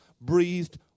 breathed